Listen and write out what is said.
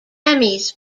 emmys